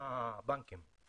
לבנקים